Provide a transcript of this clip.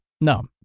No